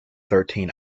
thirteen